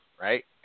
right